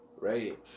Right